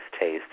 taste